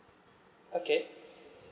okay